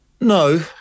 No